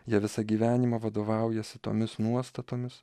jie visą gyvenimą vadovaujasi tomis nuostatomis